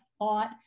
thought